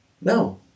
No